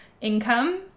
income